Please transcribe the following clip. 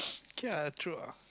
K lah true ah